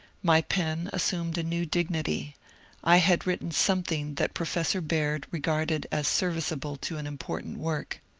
my pen assumed a new dignity i had written something that pro f essor baird regarded as serviceable to an important work.